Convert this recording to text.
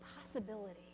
possibility